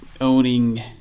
owning